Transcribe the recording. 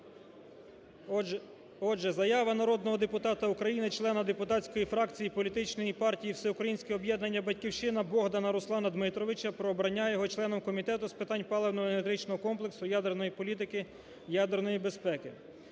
Отже, заява народного депутата України, члена депутатської фракції політичної партії "Всеукраїнське об'єднання "Батьківщина" Богдана Руслана Дмитровича про обрання його членом Комітету з питань паливно-енергетичного комплексу, ядерної політики, ядерної безпеки.